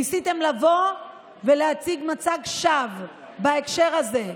ניסיתם לבוא ולהציג מצג שווא בהקשר הזה,